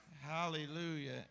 Hallelujah